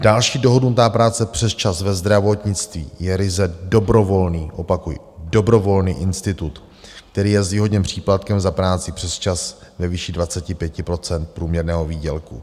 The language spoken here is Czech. Další dohodnutá práce přesčas ve zdravotnictví je ryze dobrovolný opakuji dobrovolný institut, který je zvýhodněn příplatkem za práci přesčas ve výši 25 % průměrného výdělku.